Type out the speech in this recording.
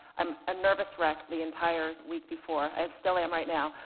i'm a nervous wreck the entire week before, i still am right now,